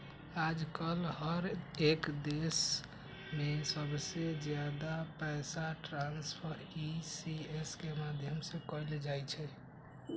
आजकल हर एक देश में सबसे ज्यादा पैसा ट्रान्स्फर ई.सी.एस के माध्यम से कइल जाहई